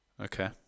Okay